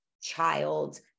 child